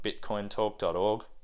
BitcoinTalk.org